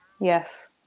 Yes